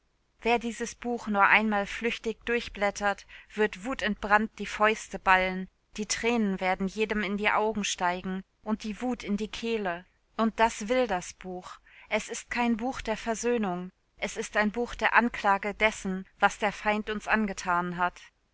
wer dieses buch nur einmal flüchtig durchblättert wird wutentbrannt die fäuste ballen die tränen werden jedem in die augen steigen und die wut in die kehle und das will das buch es ist kein buch der versöhnung es ist ein buch der anklage dessen was der feind uns angetan hat